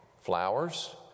flowers